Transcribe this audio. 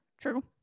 True